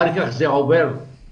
אחר כך זה עובר לשכונה,